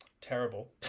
terrible